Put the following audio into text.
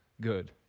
good